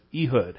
Ehud